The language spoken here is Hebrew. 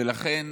ולכן